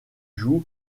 joue